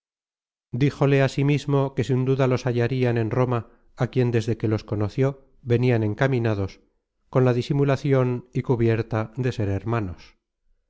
persiles díjole asimismo que sin duda los hallarian en roma á quien desde que los conoció venian encaminados con la disimulacion y cubierta de ser hermanos